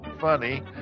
funny